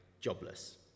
jobless